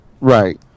right